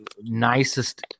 nicest